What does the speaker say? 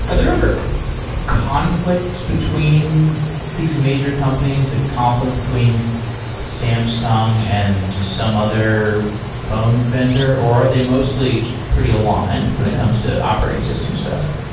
but there ever conflicts between these major companies? like a conflict between samsung and some other phone vendor, or are they mostly pretty aligned when it comes to operating system stuff?